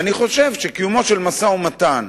אני חושב שקיומו של משא-ומתן